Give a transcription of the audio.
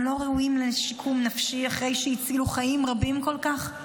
הם לא ראויים לשיקום נפשי אחרי שהצילו חיים רבים כל כך?